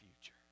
future